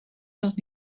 dat